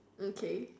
okay